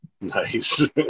Nice